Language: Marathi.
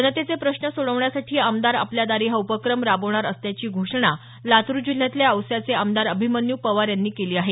जनतेचे प्रश्न सोडवण्यासाठी आमदार आपल्या दारी उपक्रम राबवणार असल्याची घोषणा लातूर जिल्ह्यातल्या औस्याचे आमदार अभिमन्यू पवार यांनी केली आहे